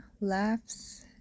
laughs